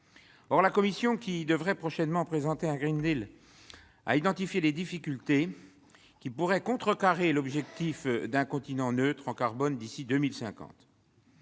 Or la Commission, qui devrait prochainement présenter un, a identifié les difficultés qui pourraient contrecarrer l'objectif d'un continent neutre en carbone d'ici à 2050.